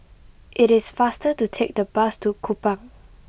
it is faster to take the bus to Kupang